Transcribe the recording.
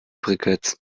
briketts